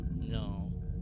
No